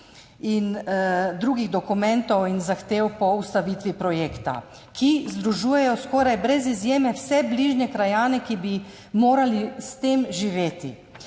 in drugih dokumentov in zahtev za ustavitev projekta, ki združujejo skoraj brez izjeme vse bližnje krajane, ki bi morali s tem živeti.